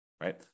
right